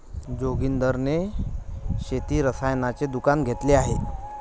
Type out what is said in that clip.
जोगिंदर ने शेती रसायनाचे दुकान घेतले आहे